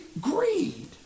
greed